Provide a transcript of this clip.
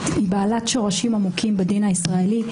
היא בעלת שורשים עמוקים בדין הישראלי.